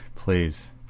please